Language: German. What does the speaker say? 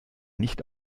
nicht